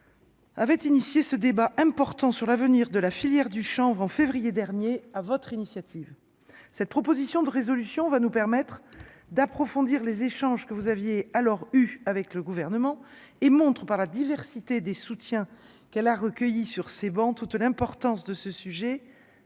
avait initié ce débat important sur l'avenir de la filière du chanvre en février dernier à votre initiative, cette proposition de résolution va nous permettre d'approfondir les échanges que vous aviez alors eu avec le gouvernement et montres par la diversité des soutiens qu'elle a recueillis sur ces bancs, toute l'importance de ce sujet